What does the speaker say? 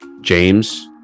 James